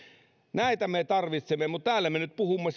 näitä me tarvitsemme mutta täällä me puhumme